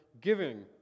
giving